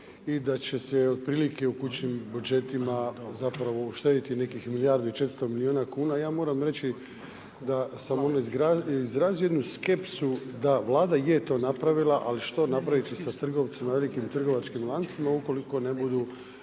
otprilike u kućnim budžetima, zapravo uštedjeti nekih milijardi i 400 milijuna kuna. Ja moram reći da sam izrazio jednu skepsu, da vlada je to napravila, ali što napraviti sa trgovcem velikim trgovačkim lancima ukoliko ne budu,